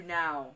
now